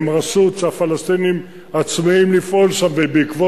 הם רשות שהפלסטינים עצמאים לפעול שם בעקבות,